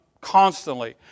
constantly